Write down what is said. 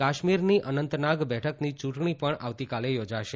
કાશ્મીરની અનંતનાગ બેઠકની યૂંટણી પણ આવતીકાલે યોજાશે